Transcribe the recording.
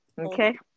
Okay